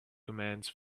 commands